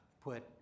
Put